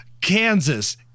Kansas